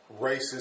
racist